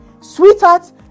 sweetheart